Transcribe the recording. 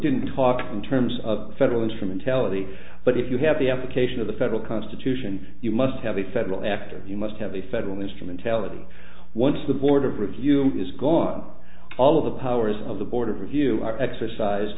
didn't talk in terms of federal instrumentality but if you have the application of the federal constitution you must have a federal after you must have a federal instrumentality once the board of review is gone all of the powers of the board of review are exercise